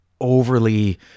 overly